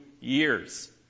years